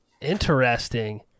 interesting